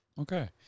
Okay